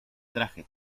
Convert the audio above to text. traje